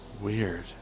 weird